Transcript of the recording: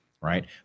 right